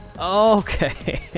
okay